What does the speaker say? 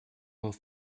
all